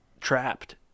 Trapped